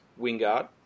Wingard